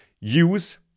use